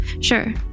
Sure